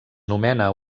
nomena